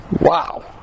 wow